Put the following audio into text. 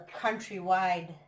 countrywide